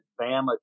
Bama